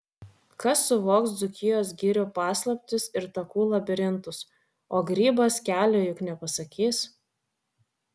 kas suvoks dzūkijos girių paslaptis ir takų labirintus o grybas kelio juk nepasakys